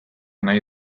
nahi